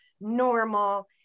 normal